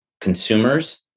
consumers